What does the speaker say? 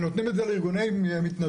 ונותנים את זה לארגוני מתנדבים,